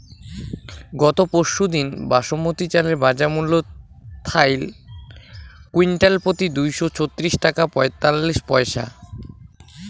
গত পরশুদিন বাসমতি চালের বাজারমূল্য থাইল কুইন্টালপ্রতি দুইশো ছত্রিশ টাকা পঁয়তাল্লিশ পইসা